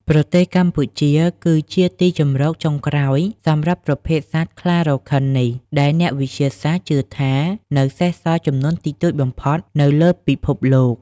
ប្រទេសកម្ពុជា គឺជាទីជម្រកចុងក្រោយសម្រាប់ប្រភេទសត្វខ្លារខិននេះ ដែលអ្នកវិទ្យាសាស្ត្រជឿថានៅសេសសល់ចំនួនតិចតួចបំផុតនៅលើពិភពលោក។